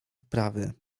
wprawy